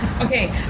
okay